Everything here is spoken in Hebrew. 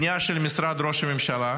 פנייה של משרד ראש הממשלה.